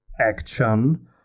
action